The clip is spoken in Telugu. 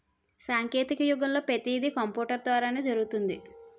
సాంకేతిక యుగంలో పతీది కంపూటరు ద్వారానే జరుగుతుంది